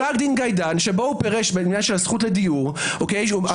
פסק דין גיידן שבו הוא פירש בעניין של הזכות לדיור- -- דיברנו